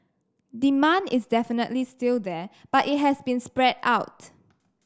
demand is definitely still there but it has been spread out